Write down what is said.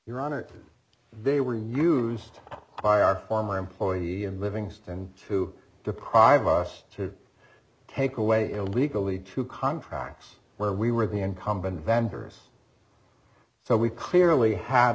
here on it they were used by our former employee in livingston to deprive us to take away illegally two contracts where we were the incumbent vendors so we clearly had